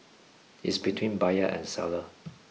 is between buyer and seller